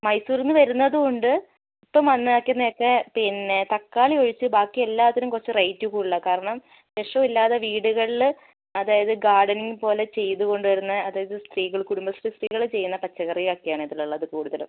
മൈസൂരിൽ നിന്ന് വരുന്നത് കൊണ്ട് ഇപ്പം വന്നിരിക്കുന്നതൊക്കെ പിന്നെ തക്കാളി ഒഴിച്ച് ബാക്കി എല്ലാത്തിനും കുറച്ച് റേറ്റ് കൂടുതലാണ് കാരണം വിഷമില്ലാതെ വീടുകളിൽ അതായത് ഗാർഡനിങ് പോലെ ചെയ്തുകൊണ്ട് വരുന്ന അതായത് സ്ത്രീകൾ കുടുംബശ്രീ സ്ത്രീകൾ ചെയ്യുന്ന പച്ചക്കറിയൊക്കെയാണ് ഇതിൽ ഉള്ളത് കൂടുതലും